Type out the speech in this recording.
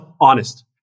honest